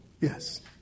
yes